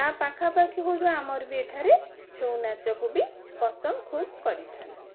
ତା ପାଖାପାଖି ହଉଥିବା ଆମର ବି ଏଠାରେ ଛଉ ନାଚକୁ ବି ପସନ୍ଦ ଖୁବ୍ କରିଥାନ୍ତି